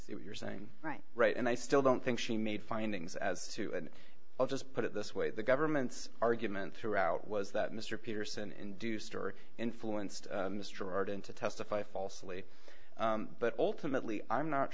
that what you're saying right right and i still don't think she made findings as to and i'll just put it this way the government's argument throughout was that mr peterson induced or influenced mr arden to testify falsely but ultimately i'm not